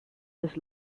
this